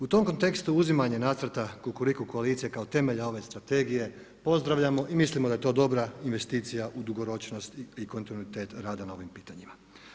U tom kontekstu uzimanje nacrta kukuriku koalicije kao temelja ove strategije pozdravljamo i mislimo da je to dobra investicija u dugoročnosti i kontinuitet rada na ovim pitanjima.